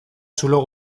zulo